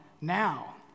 now